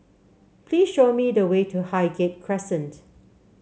please show me the way to Highgate Crescent